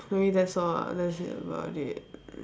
maybe that's all ah that's it about it